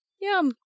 Yum